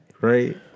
right